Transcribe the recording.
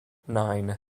nine